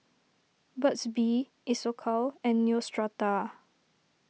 Burt's Bee Isocal and Neostrata